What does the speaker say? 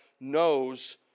knows